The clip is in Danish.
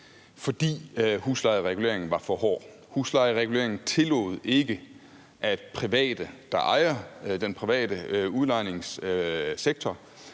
fordi huslejereguleringen var for hård. Huslejereguleringen tillod ikke, at private, der ejer den private udlejningssektor,